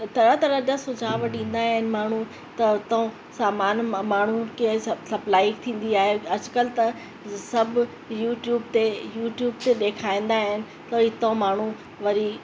तरह तरह जा सुझाव ॾींदा आहिनि माण्हू त उतां सामान मा माण्हू कीअं स सप्लाए थींदी आहे अॼुकल्ह त सभु यूट्यूब ते यूट्यूब ते ॾेखारींदा आहिनि त हितां माण्हू वरी